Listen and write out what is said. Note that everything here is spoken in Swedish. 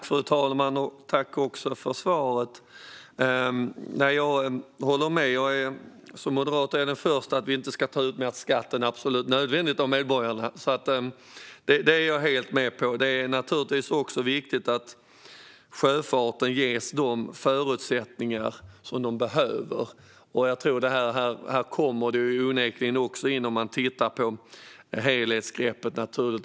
Fru talman! Tack för svaret, Magdalena Andersson! Jag håller med; som moderat är jag den förste att säga att vi inte ska ta ut mer skatt av medborgarna än absolut nödvändigt. Det är jag alltså helt med på. Det är naturligtvis viktigt att sjöfarten ges de förutsättningar den behöver, och här kommer det onekligen också in att man får titta på helheten.